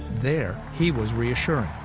there, he was reassuring.